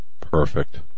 Perfect